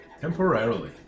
Temporarily